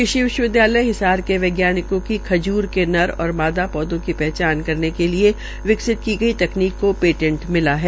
कृषि विश्वविदयालय हिसार के वैज्ञानिकों की खज्र के नर और मादा धों की हचान करने के लिए विकसित की गई तकनीक को ऐटेंटे मिला है